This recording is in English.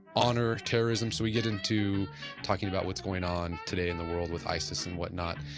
honor, terrorism so we get into talking about what's going on today in the world with isis and whatnot,